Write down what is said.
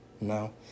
No